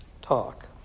talk